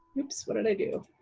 oops, what did i do?